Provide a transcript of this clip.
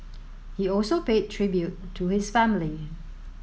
he also paid tribute to his family